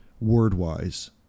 word-wise